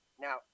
Now